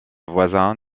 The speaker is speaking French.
voisins